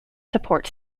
support